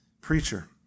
preacher